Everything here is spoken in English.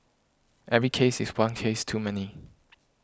every case is one case too many